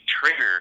trigger